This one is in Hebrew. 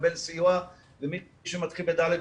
יקבל סיוע ומי שמתחיל ב-ד',